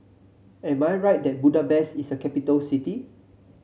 am I right that Budapest is a capital city